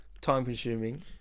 Time-consuming